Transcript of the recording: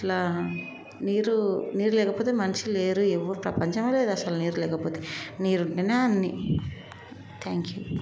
ఇట్ల నీరు నీరు లేకపోతే మనిషి లేరు ఎవరు ప్రపంచమే లేదు అసల నీరు లేకపోతే నీరు ఉంటేనే అన్ని థ్యాంక్ యూ